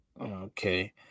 Okay